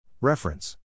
Reference